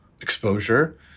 exposure